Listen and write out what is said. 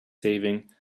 saving